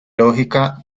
lógica